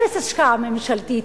אפס השקעה ממשלתית,